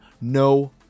no